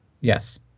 Yes